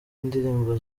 indirimbo